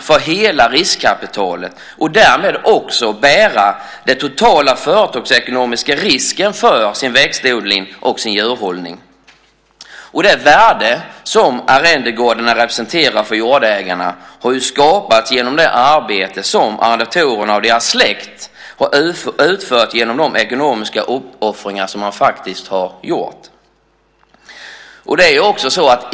De har fått svara för hela riskkapitalet och därmed bära den totala företagsekonomiska risken för växtodling och djurhållning. Det värde som arrendegårdarna representerar för jordägarna har ju skapats genom det arbete som arrendatorerna och deras släkt har utfört och genom de ekonomiska uppoffringar som de gjort.